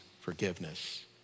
forgiveness